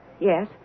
Yes